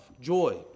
joy